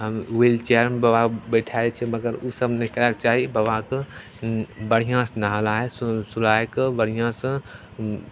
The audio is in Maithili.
व्हील चेअरमे बाबाके बैठा दै छिए मगर ओसभ नहि करैके चाही बाबाके बढ़िआँसे नहलाइ सुलाइके बढ़िआँसे